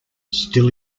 still